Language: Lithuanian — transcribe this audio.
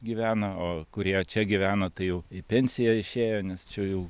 gyvena o kurie čia gyvena tai jau į pensiją išėjo nes čia jau